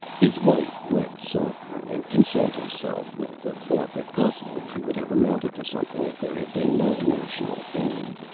his wife wept softly and consoled herself with the thought that possibly he would have amounted to something if there had been no national game.